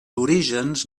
orígens